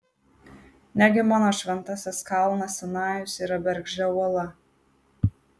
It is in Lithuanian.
negi mano šventasis kalnas sinajus yra bergždžia uola